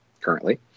Currently